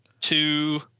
two